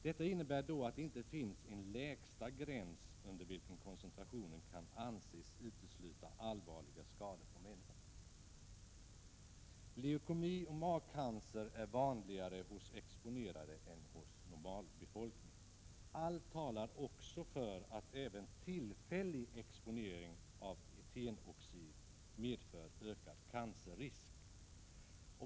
Detta innebär att det inte finns en lägsta gräns under vilken koncentrationen anses utesluta allvarliga skador på människan. Leukemi och magcancer är vanligare hos exponerade än hos normalbefolkningen. Allt talar för att även tillfällig exponering av etenoxid medför ökad cancerrisk.